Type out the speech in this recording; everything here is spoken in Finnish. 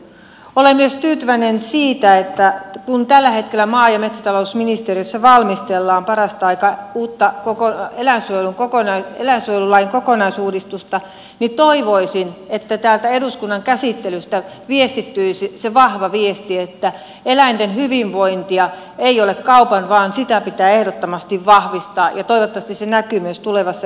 olen myös tyytyväinen siitä että kun tällä hetkellä maa ja metsätalousministeriössä valmistellaan parastaikaa uutta eläinsuojelulain kokonaisuudistusta niin toivoisin että täältä eduskunnan käsittelystä viestittyisi se vahva viesti että eläinten hyvinvointi ei ole kaupan vaan sitä pitää ehdottomasti vahvistaa ja toivottavasti se näkyy myös tulevassa eläinsuojelulakiuudistuksessa